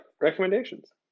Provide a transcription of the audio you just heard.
recommendations